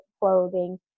clothing